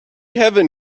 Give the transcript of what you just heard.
heaven